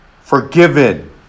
Forgiven